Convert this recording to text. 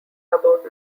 about